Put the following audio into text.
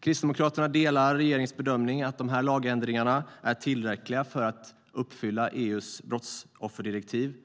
Kristdemokraterna delar regeringens bedömning att de här lagändringarna är tillräckliga för att uppfylla EU:s brottsofferdirektiv.